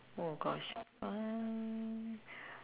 oh gosh uh